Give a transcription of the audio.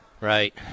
Right